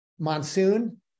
monsoon